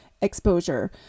exposure